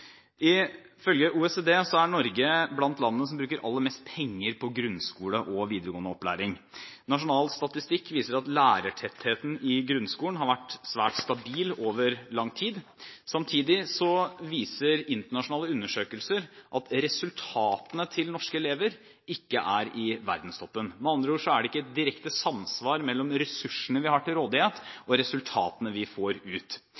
viktig. Ifølge OECD er Norge blant landene som bruker aller mest penger på grunnskole og videregående opplæring. Nasjonal statistikk viser at lærertettheten i grunnskolen har vært svært stabil over lang tid. Samtidig viser internasjonale undersøkelser at resultatene til norske elever ikke er i verdenstoppen. Med andre ord er det ikke direkte samsvar mellom ressursene vi har til rådighet, og resultatene vi får ut.